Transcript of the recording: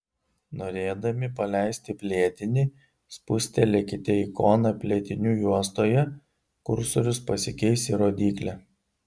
norėdami paleisti plėtinį spustelėkite ikoną plėtinių juostoje kursorius pasikeis į rodyklę